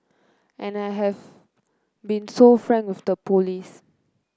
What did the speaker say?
and I have been so frank with the police